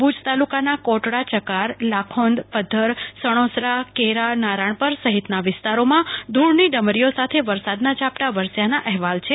ભુજ તાલુકાના કોટડા ચકાર લાખોંદ પધ્ધર સણોસરા કેરા નારાણપર સહિતના વિસતારોમાં ધૂળની ડમરીઓ સાથે વરસાદના ઝાપટાં વરસ્યાના અહેવાલ છે